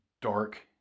dark